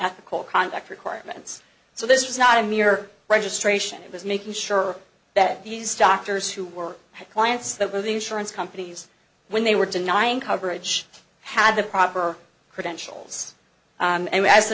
ethical conduct requirements so this was not a mere registration it was making sure that these doctors who work had clients that were the insurance companies when they were denying coverage had the proper credentials and as